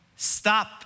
Stop